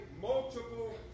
multiple